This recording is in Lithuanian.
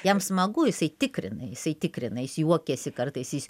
jam smagu jisai tikrina jisai tikrina jis juokiasi kartais jis